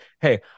hey